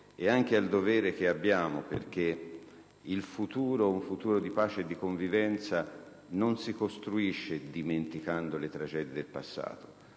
ma anche per il dovere che abbiamo, perché un futuro di pace e di convivenza non si costruisce dimenticando le tragedie del passato: